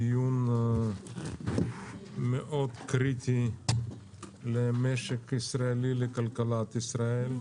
דיון מאוד קריטי למשק הישראלי ולכלכלת ישראל.